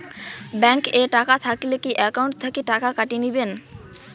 Bank এ টাকা থাকিলে কি একাউন্ট থাকি টাকা কাটি নিবেন?